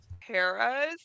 paras